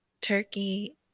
Turkey